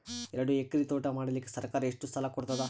ಎರಡು ಎಕರಿ ತೋಟ ಮಾಡಲಿಕ್ಕ ಸರ್ಕಾರ ಎಷ್ಟ ಸಾಲ ಕೊಡತದ?